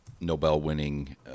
Nobel-winning